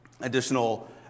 additional